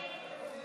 נגד,